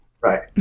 Right